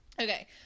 Okay